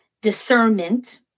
discernment